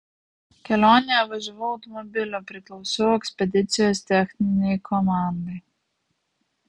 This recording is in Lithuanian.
kelionėje važiavau automobiliu priklausiau ekspedicijos techninei komandai